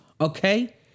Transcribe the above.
Okay